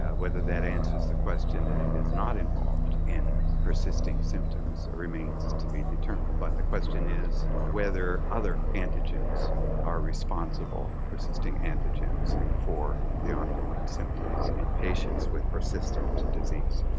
whether that answers the question that it is not involved in persisting symptoms remains to be determined. but the question is whether other antigens are responsible persisting antigens for the ongoing symptoms in the patients with persistent disease.